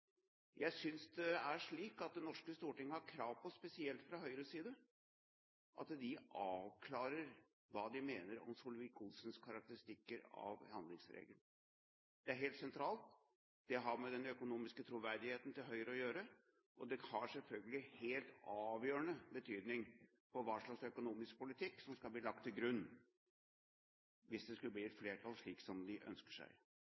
Jeg synes Det norske storting har krav på at man, spesielt fra Høyres side, avklarer hva man mener om Solvik-Olsens karakteristikker av handlingsregelen. Det er helt sentralt, det har med den økonomiske troverdigheten til Høyre å gjøre. Det har selvfølgelig helt avgjørende betydning for hva slags økonomisk politikk som skal bli lagt til grunn, hvis det skulle bli et flertall som de ønsker seg.